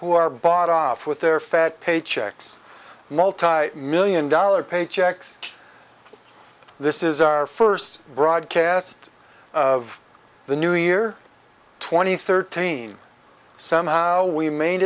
who are bought off with their fat paychecks multimillion dollar paychecks this is our first broadcast of the new year twenty thirteen somehow we made